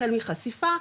החל מחשיפה,